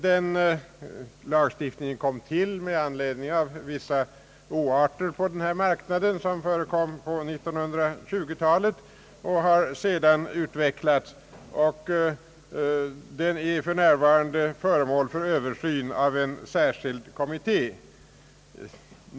Den lagstiftningen kom till med anledning av vissa oarter på bostadsmarknaden på 1920-talet och har sedan utvecklats, och den är för närvarande föremål för översyn av en särskild kommitté.